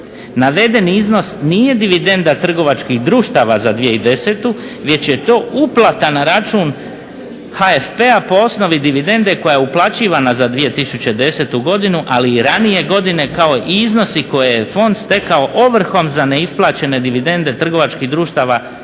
navedeni iznos nije dividenda trgovačkih društava za 2010. već je to uplata na račun HFP-a po osnovi dividende koja je uplaćivana za 2010. godinu ali i ranije godine kao i iznosi koje je fond stekao ovrhom za neisplaćene dividende trgovačkih društava iz